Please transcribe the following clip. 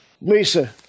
Lisa